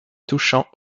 touchant